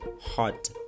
hot